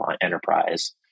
enterprise